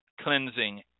cleansing